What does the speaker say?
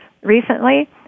recently